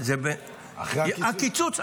אחרי הקיצוץ?